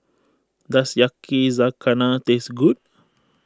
does Yakizakana taste good